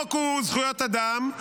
החוק הוא זכויות אדם,